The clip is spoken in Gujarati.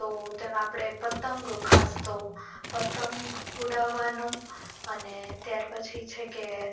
તો તેમા આપણે પતંગ ખાસ તો પંતગ ઉડાવવાનું અને ત્યાર પછી છે કે